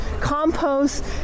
compost